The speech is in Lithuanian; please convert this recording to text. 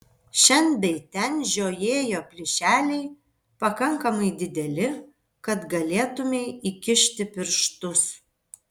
šen bei ten žiojėjo plyšeliai pakankamai dideli kad galėtumei įkišti pirštus